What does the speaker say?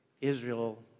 Israel